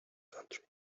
country